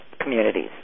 communities